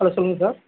hello சொல்லுங்கள் sir